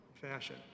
fashion